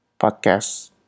podcast